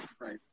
right